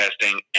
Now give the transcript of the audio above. testing